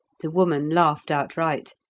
the woman laughed outright.